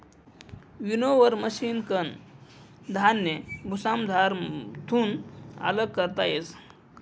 winnower मशिनकन धान्य भुसामझारथून आल्लग करता येस